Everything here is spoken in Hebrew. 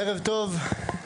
ערב טוב לכולם.